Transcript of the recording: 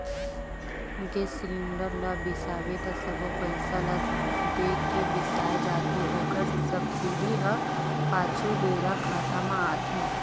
गेस cylinder ल बिसाबे त सबो पइसा ल दे के बिसाए जाथे ओखर सब्सिडी ह पाछू बेरा खाता म आथे